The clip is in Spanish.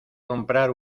comprar